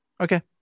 Okay